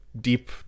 deep